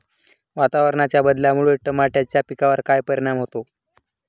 वातावरणाच्या बदलामुळे टमाट्याच्या पिकावर काय परिणाम होतो?